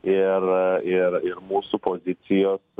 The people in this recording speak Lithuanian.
ir ir ir mūsų pozicijos